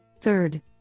Third